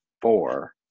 four